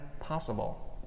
possible